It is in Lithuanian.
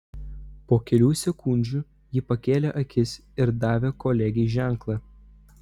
po kelių sekundžių ji pakėlė akis ir davė kolegei ženklą